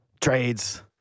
Trades